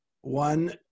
One